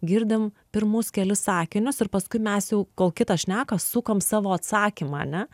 girdim pirmus kelis sakinius ir paskui mes jau kol kitas šneka sukam savo atsakymą ane